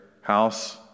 house